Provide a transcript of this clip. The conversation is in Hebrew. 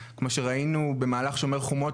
כמו שראינו במהלך שומר חומות,